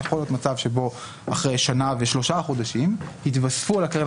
יכול להיות מצב שבו אחרי שנה ושלושה חודשים יתווספו לקרן